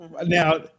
Now